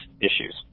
issues